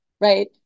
Right